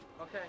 Okay